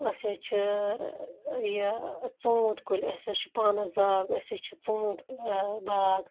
أسۍ حظ چھِ یہِ ژوٗنٛٹھۍ کُلۍ أسۍ حظ چھِ پانَس باغ أسۍ حظ چھِ ژوٗنٛٹھۍ باغ